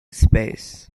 space